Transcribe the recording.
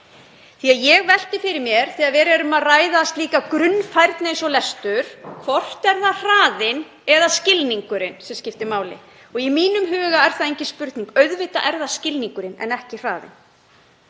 minna. Ég velti fyrir mér, þegar verið er að ræða slíka grunnfærni eins og lestur, hvort það er hraðinn eða skilningurinn sem skiptir máli. Í mínum huga er það engin spurning, auðvitað er það skilningurinn en ekki hraðinn.